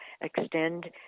extend